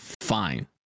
fine